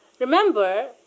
remember